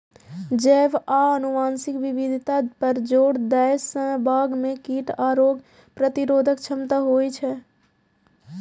जैव आ आनुवंशिक विविधता पर जोर दै सं बाग मे कीट आ रोग प्रतिरोधक क्षमता होइ छै